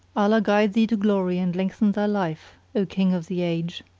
allah guide thee to glory and lengthen thy life, o king of the age,